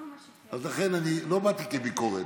אז לכן אני לא באתי כביקורת,